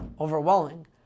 overwhelming